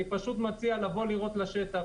אני פשוט מציע לבוא לראות בשטח,